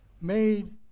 made